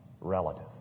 relative